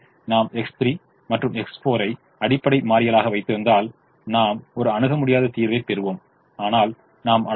எனவே நாம் எக்ஸ் 3 மற்றும் எக்ஸ் 4 ஐ அடிப்படை மாறிகளாக வைத்திருந்தால் நாம் ஒரு அணுக முடியாத தீர்வைப் பெறுவோம் ஆனால் நாம் அடையாள